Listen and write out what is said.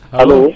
Hello